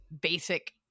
basic